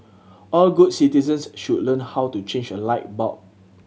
all good citizens should learn how to change a light bulb